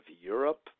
Europe